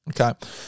Okay